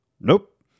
Nope